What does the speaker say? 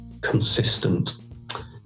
consistent